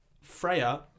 Freya